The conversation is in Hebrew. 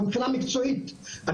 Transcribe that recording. מבחינת מקצועית,